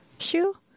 Shoe